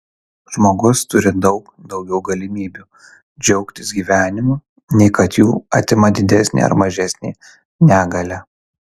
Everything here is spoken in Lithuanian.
žmogus turi daug daugiau galimybių džiaugtis gyvenimu nei kad jų atima didesnė ar mažesnė negalia